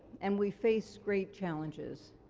and we face great challenges.